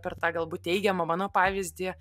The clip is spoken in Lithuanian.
per tą galbūt teigiamą mano pavyzdį